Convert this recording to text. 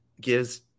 gives